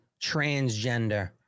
transgender